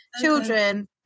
children